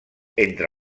entre